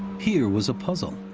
here was a puzzle.